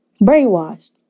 brainwashed